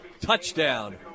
touchdown